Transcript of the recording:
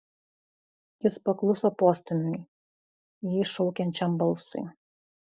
jis pakluso postūmiui jį šaukiančiam balsui